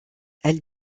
elle